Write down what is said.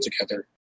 together